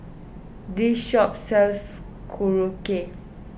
this shop sells Korokke